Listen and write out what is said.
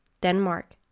Denmark